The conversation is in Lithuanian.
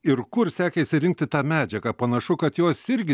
ir kur sekėsi rinkti tą medžiagą panašu kad jos irgi